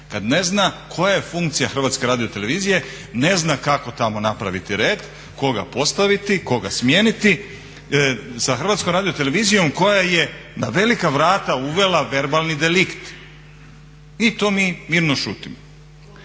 Kad ne zna koja je funkcija HRT-a, ne zna kako tamo napraviti red, koga postaviti, koga smijeniti. Sa HRT-om koja je na velika vrata uvela verbalni delikt. I to mi mirno šutimo.